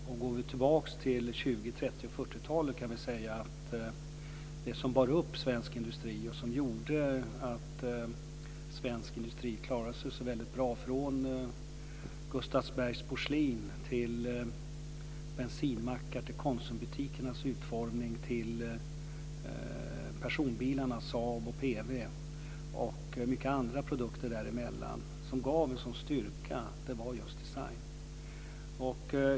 Går vi tillbaka till 20-, 30 och 40-talet kan vi säga att det som bar upp svensk industri, det som gav en sådan styrka och det som gjorde att svensk industri klarade sig så väldigt bra - från Gustavsbergs porslin till bensinmackar till Konsumbutikernas utformning till personbilarna Saab och PV och många andra produkter där emellan - var just design.